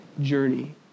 journey